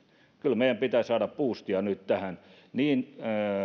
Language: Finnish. kyllä meidän pitää saada buustia nyt tähän